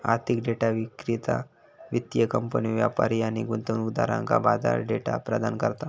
आर्थिक डेटा विक्रेता वित्तीय कंपन्यो, व्यापारी आणि गुंतवणूकदारांका बाजार डेटा प्रदान करता